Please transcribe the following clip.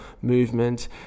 movement